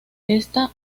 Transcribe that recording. esta